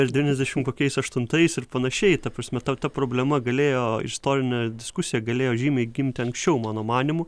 ir devyniasdešim kokiais aštuntais ir panašiai ta prasme tau ta problema galėjo istorinė diskusija galėjo žymiai gimti anksčiau mano manymu